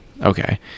okay